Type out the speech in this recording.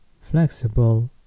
flexible